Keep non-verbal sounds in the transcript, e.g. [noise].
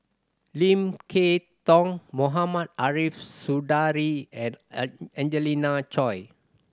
Lim Kay Tong Mohamed Ariff Suradi and [unintelligible] Angelina Choy